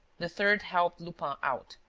the third helped lupin out.